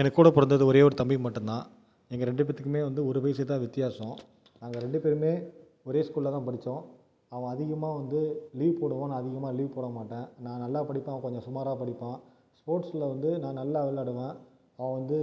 எனக்கு கூட பிறந்தது ஒரே ஒரு தம்பி மட்டும் தான் எங்கள் ரெண்டு பேர்த்துக்குமே வந்து ஒரு வயசு தான் வித்தியாசம் நாங்கள் ரெண்டு பேருமே ஒரே ஸ்கூலில் தான் படித்தோம் அவன் அதிகமாக வந்து லீவ் போடுவான் நான் அதிகமாக லீவ் போடமாட்டேன் நான் நல்லா படிப்பேன் அவன் கொஞ்சம் சுமாராக படிப்பான் ஸ்போர்ட்ஸில் வந்து நான் நல்லா விளையாடுவேன் அவன் வந்து